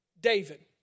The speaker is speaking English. David